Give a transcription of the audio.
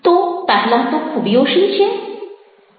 તો પહેલાં તો ખૂબીઓ શી છે